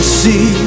see